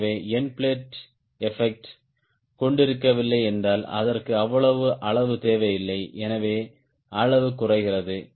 எனவே end plate effect கொண்டிருக்கவில்லை என்றால் அதற்கு அவ்வளவு அளவு தேவையில்லை எனவே அளவு குறைகிறது